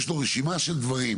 יש לו רשימה של דברים,